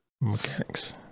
mechanics